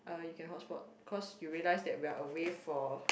uh you can hot spot cause you realize that we are away for